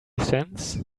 cents